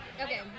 Okay